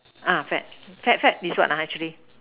uh fad fad fad is what ah actually